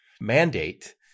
mandate